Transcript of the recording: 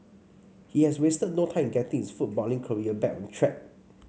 he has wasted no time in getting his footballing career back on track